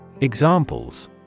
Examples